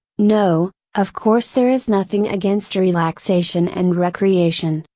no, of course there is nothing against relaxation and recreation,